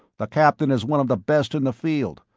the captain is one of the best in the field.